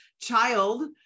child